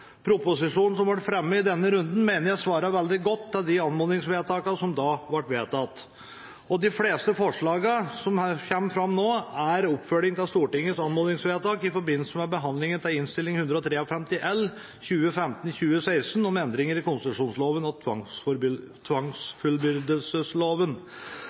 Proposisjonen som blir fremmet i denne runden, mener jeg svarer veldig godt på de anmodningsvedtakene som da ble gjort. De fleste forslagene som kommer fram nå, er en oppfølging av Stortingets anmodningsvedtak i forbindelse med behandlingen av Innst. 153 L for 2015–2016, om endringer i konsesjonsloven og